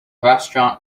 restaurant